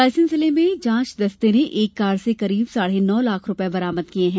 रायसेन जिले में जांच दस्ते ने एक कार से करीब साढ़े नौ लाख रूपये बरामद किये हैं